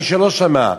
למי שלא שמע,